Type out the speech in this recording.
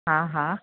हा हा